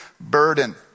burden